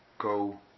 go